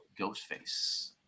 Ghostface